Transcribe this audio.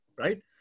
right